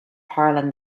harlan